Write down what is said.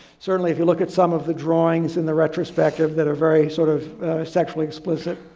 certainly if you look at some of the drawings in the retrospective that are very sort of sexually explicit,